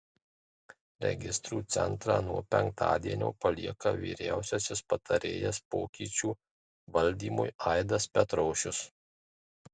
registrų centrą nuo penktadienio palieka vyriausiasis patarėjas pokyčių valdymui aidas petrošius